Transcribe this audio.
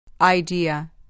Idea